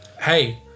Hey